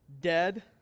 dead